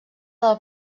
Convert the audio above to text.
del